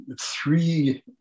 three